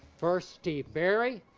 first, steve barry,